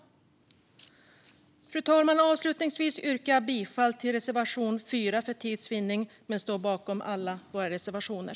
Fru talman! Avslutningsvis yrkar jag för tids vinning bifall endast till reservation 4, men jag står bakom alla våra reservationer.